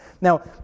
Now